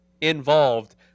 involved